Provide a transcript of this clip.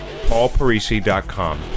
paulparisi.com